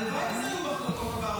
הלוואי שאלו היו מחלוקות עבר,